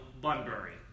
Bunbury